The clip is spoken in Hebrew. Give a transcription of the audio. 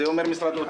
זה כולל גם העברות.